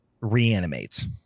reanimates